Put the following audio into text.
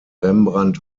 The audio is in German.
rembrandt